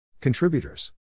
Contributors